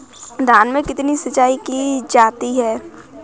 धान में कितनी सिंचाई की जाती है?